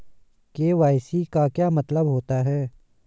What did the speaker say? KYC का क्या मतलब होता है?